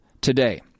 today